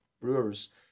brewers